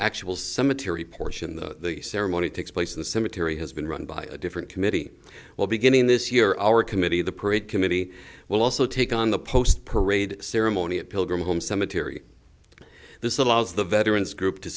actual cemetery portion the ceremony takes place in the cemetery has been run by a different committee well beginning this year our committee the parade committee will also take on the post parade ceremony at pilgrim home cemetery this allows the veterans group to